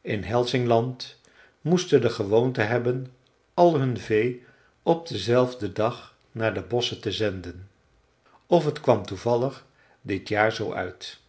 in hälsingland moesten de gewoonte hebben al hun vee op denzelfden dag naar de bosschen te zenden of het kwam toevallig dit jaar zoo uit